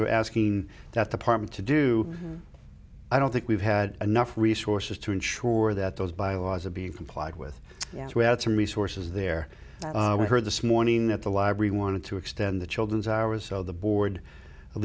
we're asking that the partner to do i don't think we've had enough resources to ensure that those by laws are being complied with yes we had some resources there we heard this morning at the library wanted to extend the children's hours so the board at